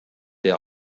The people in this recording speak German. der